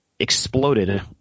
Exploded